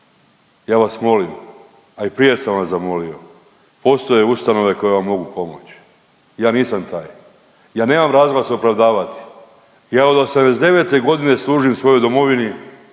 Ja vas molim, a i prije sam vas zamolio, postoje ustanove koje vam mogu pomoći. Ja nisam taj, ja nemam razloga se opravdavati, ja od '89.g. služit svojoj domovini